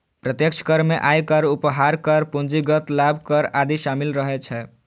प्रत्यक्ष कर मे आयकर, उपहार कर, पूंजीगत लाभ कर आदि शामिल रहै छै